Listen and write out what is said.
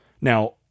Now